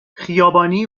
خیابانی